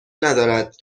ندارد